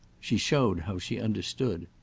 she showed how she understood.